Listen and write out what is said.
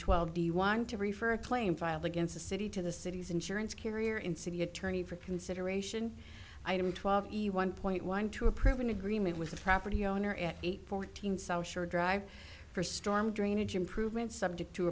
twelve do you want to refer a claim filed against the city to the city's insurance carrier in city attorney for consideration item twelve one point one to approve an agreement with the property owner at fourteen so short drive for storm drainage improvements subject to